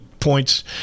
Points